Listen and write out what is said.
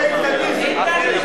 זה איתניזם.